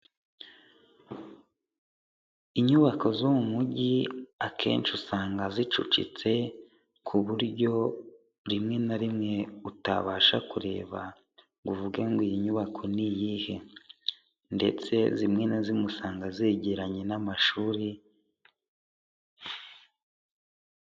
Inyubako zo mu mujyi akenshi usanga zicucitse ku buryo rimwe na rimwe utabasha kureba ngo uvuge ngo iyi nyubako ni iyihe ndetse zimwe na zimwe usanga zegeranye n'amashuri.